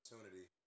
opportunity